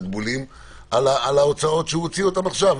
תקבולים על ההוצאות שהוא הוציא עכשיו,